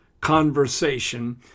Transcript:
conversation